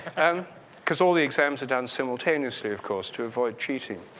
and because all the exams are done simultaneously, of course, to avoid cheating.